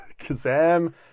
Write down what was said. *Kazam*